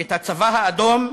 את הצבא האדום,